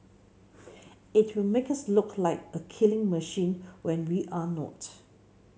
it will make us look like a killing machine when we're not